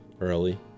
early